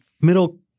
middle